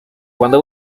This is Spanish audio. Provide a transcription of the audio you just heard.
cuando